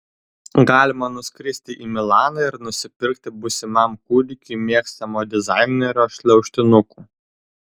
galima nuskristi į milaną ir nusipirkti būsimam kūdikiui mėgstamo dizainerio šliaužtinukų